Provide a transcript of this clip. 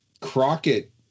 Crockett